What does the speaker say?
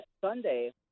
Sunday